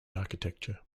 architecture